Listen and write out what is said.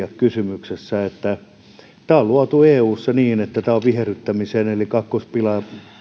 on ympäristöasia kysymyksessä tämä on luotu eussa niin tämä on viherryttämisen eli kakkospilarin